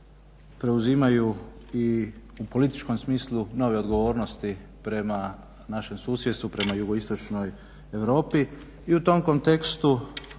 preuzimaju i u političkom smislu nove odgovornosti prema našem susjedstvu prema Jugoistočnoj Europi